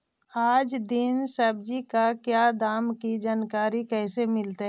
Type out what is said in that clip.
आज दीन सब्जी का क्या दाम की जानकारी कैसे मीलतय?